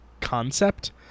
concept